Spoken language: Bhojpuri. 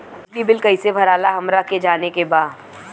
बिजली बिल कईसे भराला हमरा के जाने के बा?